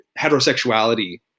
heterosexuality